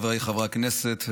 חבריי חברי הכנסת,